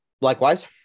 Likewise